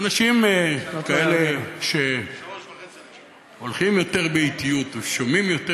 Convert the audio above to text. אנשים כאלה שהולכים יותר באטיות ושומעים יותר